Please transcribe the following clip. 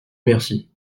merci